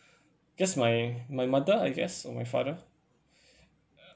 because my my mother I guess or my father